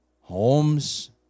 homes